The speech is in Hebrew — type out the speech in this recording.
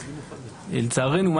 לצערנו,